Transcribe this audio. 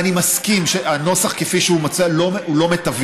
ואני מסכים שהנוסח כפי שהוא מוצע הוא לא מיטבי.